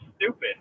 stupid